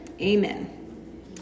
Amen